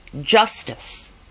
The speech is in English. justice